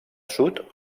sud